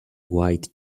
white